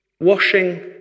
washing